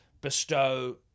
bestow